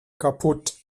kaputt